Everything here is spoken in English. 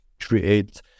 create